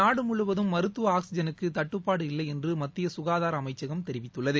நாடு முழுவதும் மருத்துவ ஆக்ஸிஐனுக்கு தட்டுப்பாடு இல்லை என்று மத்திய ககாதார அமைச்சகம் தெரிவித்துள்ளது